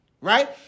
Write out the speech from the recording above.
right